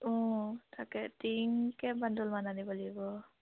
অঁ তাকে টিং কেই বাণ্ডলমান আানিব লাগিব